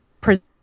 present